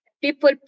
people